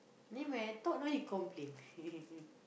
then when I talk now you complain